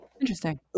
Interesting